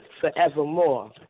forevermore